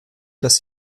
dass